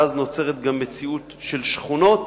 ואז נוצרת גם מציאות של שכונות